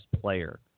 player